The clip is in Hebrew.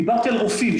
דיברתי על רופאים,